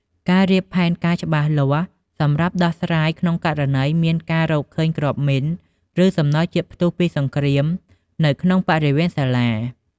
ការរៀបផែនការច្បាស់លាស់សម្រាប់ដោះស្រាយក្នុងករណីមានការរកឃើញគ្រាប់មីន ឬ សំណល់ជាតិផ្ទុះពីសង្គ្រាម នៅក្នុងបរិវេណសាលា។